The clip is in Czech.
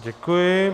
Děkuji.